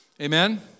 Amen